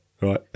right